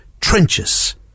Trenches